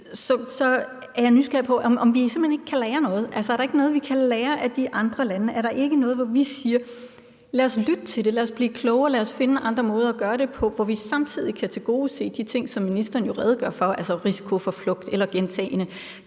siddende inde, om vi simpelt hen ikke kan lære noget. Altså, er der ikke noget, vi kan lære af de andre lande? Er der ikke noget, hvor vi siger: Lad os lytte til det, lad os blive klogere, lad os finde andre måder at gøre det på, hvor vi samtidig kan tilgodese de de ting, som ministeren jo redegør for, altså risiko for flugt eller gentagne